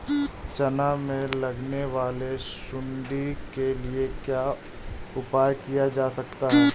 चना में लगने वाली सुंडी के लिए क्या उपाय किया जा सकता है?